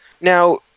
Now